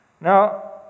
Now